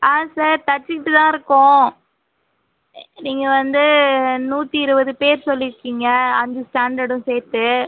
ஆ sir தச்சுக்கிட்டு தான் இருக்கோம் நீங்கள் வந்து நூற்றி இருபது பேர் சொல்லியிருக்கீங்க அஞ்சு ஸ்டாண்டர்டும் சேர்த்து